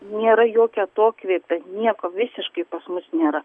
nėra jokio atokvėpio nieko visiškai pas mus nėra